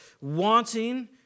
wanting